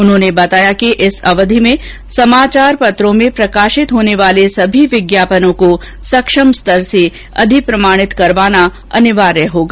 उन्होंने बताया कि इस अवधि में समाचार पत्रों में प्रकाषित होने वाले सभी विज्ञापनों को सक्षम स्तर से अधिप्रमाणन करवाना अनिवार्य होगा